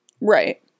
Right